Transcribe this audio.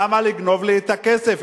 למה לגנוב לי את הכסף,